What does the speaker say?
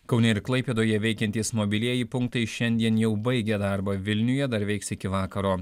kaune ir klaipėdoje veikiantys mobilieji punktai šiandien jau baigė darbą vilniuje dar veiks iki vakaro